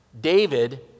David